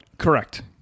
Correct